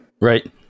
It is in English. Right